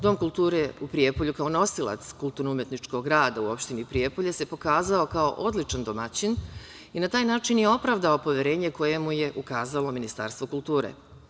Dom kulture u Prijepolju kao nosilac kulturno-umetničkog rada u opštini Prijepolje se pokazao kao odličan domaćin i na taj način je opravdao poverenje koje mu je ukazalo Ministarstvo kulture.